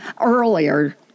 Earlier